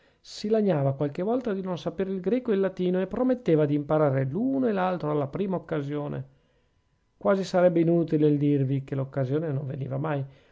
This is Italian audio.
si lagnava qualche volta di non sapere il greco e il latino e prometteva d'imparar l'uno e l'altro alla prima occasione quasi sarebbe inutile il dirvi che l'occasione non veniva mai